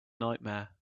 nightmare